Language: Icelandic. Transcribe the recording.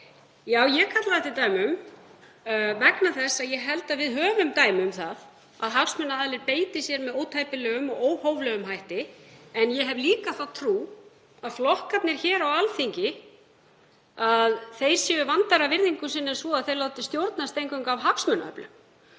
Já, ég kallaði eftir dæmum vegna þess að ég held að við höfum dæmi um það að hagsmunaaðilar beiti sér með ótæpilegum og óhóflegum hætti. En ég hef líka þá trú að flokkarnir hér á Alþingi séu vandari að virðingu sinni en svo að þeir láti eingöngu stjórnast af hagsmunaöflum.